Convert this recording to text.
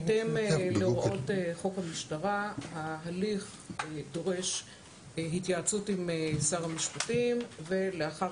בהתאם להוראות חוק המשטרה ההליך דורש התייעצות עם שר המשפטים ולאחר